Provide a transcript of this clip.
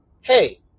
hey